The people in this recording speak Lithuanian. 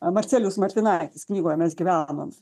marcelijus martinaitis knygoje mes gyvenam